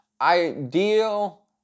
ideal